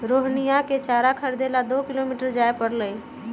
रोहिणीया के चारा खरीदे ला दो किलोमीटर जाय पड़लय